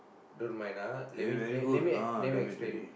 don't mind ah let me let me let me explain